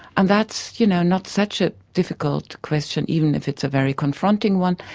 and that's you know not such a difficult question, even if it's a very confronting one,